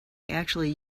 actually